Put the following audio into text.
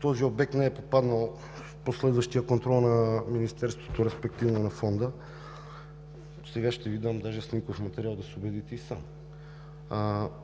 този обект не е попаднал в последващия контрол на Министерството, респективно на Фонда. Сега ще Ви дам даже снимков материал да се убедите и сам.